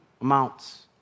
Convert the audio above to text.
amounts